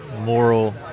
moral